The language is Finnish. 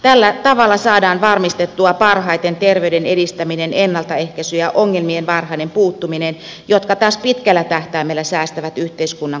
tällä tavalla saadaan varmistettua parhaiten terveyden edistäminen ennaltaehkäisy ja ongelmiin varhainen puuttuminen jotka taas pitkällä tähtäimellä säästävät yhteiskunnan kustannuksia